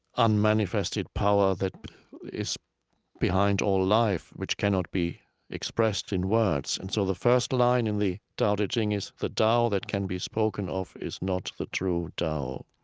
unmanifested power that is behind all life which cannot be expressed in words and so the first line in the tao te ching is the tao that can be spoken of is not the true tao.